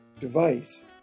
device